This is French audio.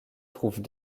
trouvent